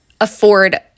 afford